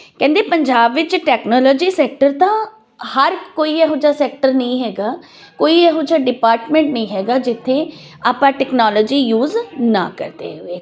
ਕਹਿੰਦੇ ਪੰਜਾਬ ਵਿੱਚ technology sector ਤਾਂ ਹਰ ਕੋਈ ਇਹੋ ਜਿਹਾ ਸੈਕਟਰ ਨਹੀਂ ਹੈਗਾ ਕੋਈ ਇਹੋ ਜਿਹਾ ਡਿਪਾਰਟਮੈਂਟ ਨਹੀਂ ਹੈਗਾ ਜਿੱਥੇ ਆਪਾਂ ਟੈਕਨੋਲੋਜੀ ਯੂਜ ਨਾ ਕਰਦੇ ਹੋਏ